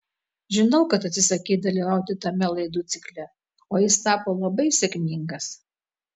žinau kad atsisakei dalyvauti tame laidų cikle o jis tapo labai sėkmingas